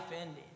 ending